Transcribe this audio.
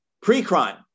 pre-crime